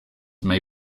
may